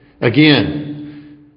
Again